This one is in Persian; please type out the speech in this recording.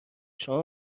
شما